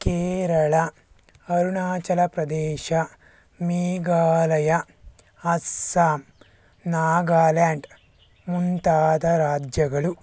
ಕೇರಳ ಅರುಣಾಚಲ್ ಪ್ರದೇಶ್ ಮೇಘಾಲಯ ಅಸ್ಸಾಂ ನಾಗಾಲ್ಯಾಂಡ್ ಮುಂತಾದ ರಾಜ್ಯಗಳು